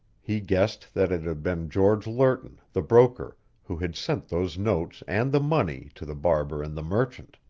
he guessed that it had been george lerton, the broker, who had sent those notes and the money to the barber and the merchant.